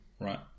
right